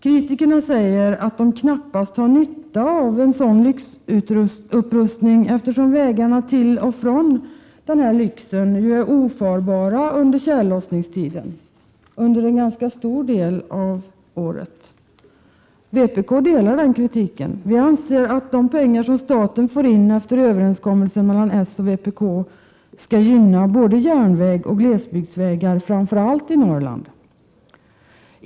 Kritikerna säger att de knappast har nytta av sådan lyxupprustning, eftersom vägarna till och från denna lyx är ofarbara Prot. 1987/88:114 under tiden för tjällossningen, en ganska stor del av året. 4 maj 1988 Vpk delar den kritiken. Vi anser att de pengar som staten får in efter överenskommelsen mellan socialdemokraterna och vpk skall gynna både järnvägar och glesbygdsvägar framför allt i Norrland.